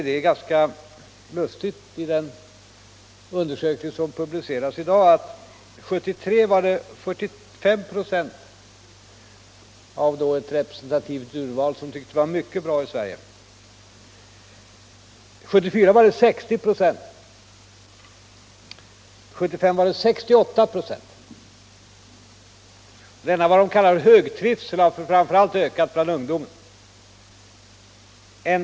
Det är ganska lustigt att se att den undersökning som publiceras i dag visar att 1973 var det 45 ”6 av ett representativt urval som tyckte att det var mycket bra i Sverige, 1974 var motsvarande siffra 60 "» och 1975 68 ".. Denna ”högtrivsel” har framför allt ökat bland ungdomen.